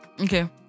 Okay